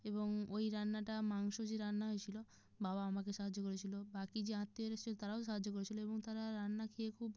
এবং ওই রান্নাটা মাংস যে রান্না হয়েছিল বাবা আমাকে সাহায্য করেছিল বাকি যে আত্মীয়রা এসেছিল তারাও সাহায্য করেছিল এবং তারা রান্না খেয়ে খুব